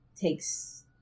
takes